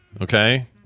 okay